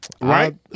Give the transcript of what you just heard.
right